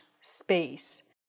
space